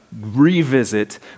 revisit